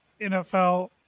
NFL